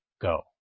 go